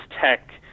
Tech